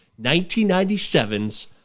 1997's